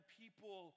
people